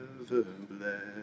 ever-blessed